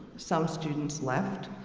some students left.